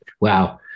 wow